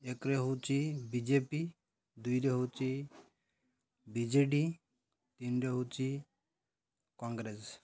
ଏକରେ ହେଉଛି B J P ଦୁଇରେ ହେଉଛି ବି ଜେ ଡ଼ି ତିନିରେ ହେଉଛି କଂଗ୍ରେସ୍